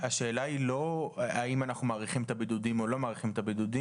השאלה היא לא האם אנחנו מאריכים את הבידודים או לא מאריכים אותם,